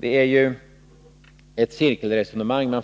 Man för här ett cirkelresonemang.